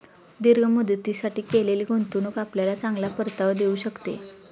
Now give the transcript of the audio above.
दीर्घ मुदतीसाठी केलेली गुंतवणूक आपल्याला चांगला परतावा देऊ शकते